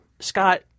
Scott